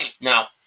Now